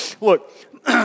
Look